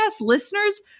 listeners